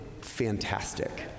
fantastic